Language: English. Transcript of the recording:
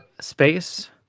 space